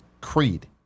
Creed